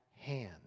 hand